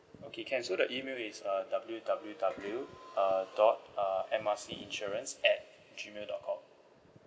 okay can so the email is uh W W W uh dot uh M R C insurance at G mail dot com